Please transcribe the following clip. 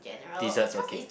desserts okay